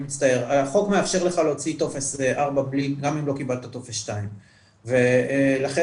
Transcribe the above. החוק מאפשר לך להוציא טופס 4 גם אם לא קיבלת טופס 2. ולכן,